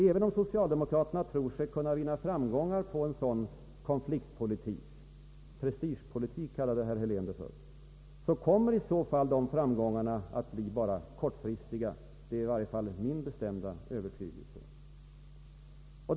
även om socialdemokraterna tror sig kunna vinna framgångar på en dylik konfliktpolitik, kommer i så fall dessa framgångar att bli kortfristiga. Det är min bestämda övertygelse.